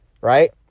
right